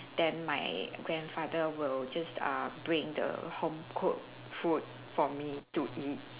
then my grandfather will just uh bring the homecooked food for me to eat